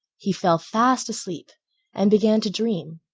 he fell fast asleep and began to dream.